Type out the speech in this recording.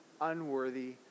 unworthy